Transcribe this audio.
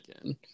again